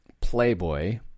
Playboy